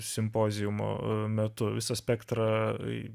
simpoziumo metu visą spektrą